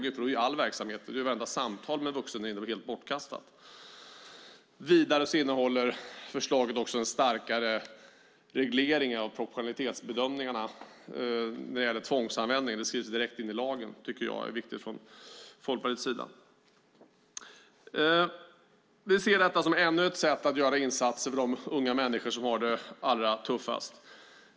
Då är all verksamhet och vartenda samtal med en vuxen individ helt bortkastade. Vidare innehåller förslaget en starkare reglering av proportionalitetsbedömningarna när det gäller tvångsanvändning. Det skrivs direkt in i lagen. Jag och vi från Folkpartiets sida tycker att det är viktigt. Vi ser detta som ännu ett sätt att göra insatser för de unga människor som har det allra tuffast.